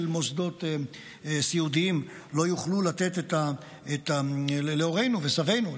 מוסדות סיעודיים לא יוכלו לתת להורינו וסבינו,